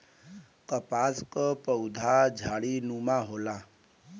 कपास क पउधा झाड़ीनुमा होला